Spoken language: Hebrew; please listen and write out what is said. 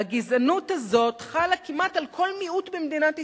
והגזענות הזאת חלה כמעט על כל מיעוט במדינת ישראל.